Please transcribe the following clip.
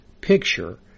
picture